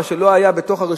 מה שלא היה ברשויות,